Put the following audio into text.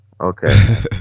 Okay